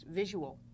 visual